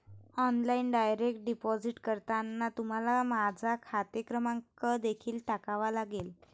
online direct deposit करताना तुम्हाला माझा खाते क्रमांक देखील टाकावा लागेल